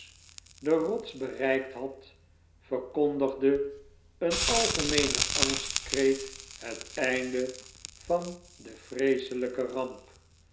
de rots bereikt had verkondigde een algemeene angstkreet het einde van den vreeselyken ramp